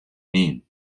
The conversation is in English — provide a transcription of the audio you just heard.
mean